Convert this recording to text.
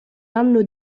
anno